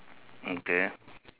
okay